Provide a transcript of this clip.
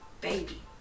baby